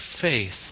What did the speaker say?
faith